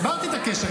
הסברתי את הקשר.